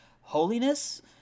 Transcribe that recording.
holiness